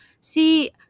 See